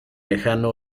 lejano